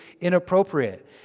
inappropriate